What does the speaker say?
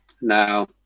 Now